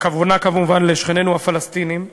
והכוונה היא כמובן לשכנינו הפלסטינים ולאחרים,